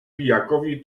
pijakowi